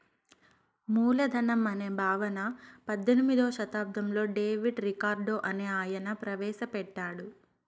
మూలధనం అనే భావన పద్దెనిమిదో శతాబ్దంలో డేవిడ్ రికార్డో అనే ఆయన ప్రవేశ పెట్టాడు